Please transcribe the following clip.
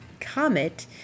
comet